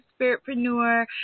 spiritpreneur